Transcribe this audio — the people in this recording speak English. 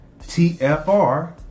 TFR